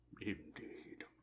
Indeed